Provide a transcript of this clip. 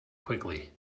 quickly